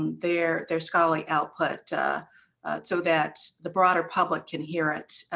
and their their scholarly output so that the broader public can hear it,